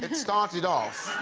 started off